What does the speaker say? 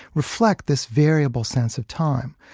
reflect this variable sense of time.